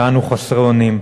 ואנו חסרי אונים.